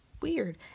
weird